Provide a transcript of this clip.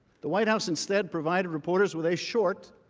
the white house instead provided reporters with a short,